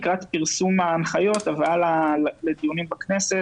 לקראת פרסום ההנחיות והבאה לדיונים בכנסת.